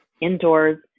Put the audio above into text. indoors